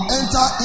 enter